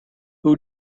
who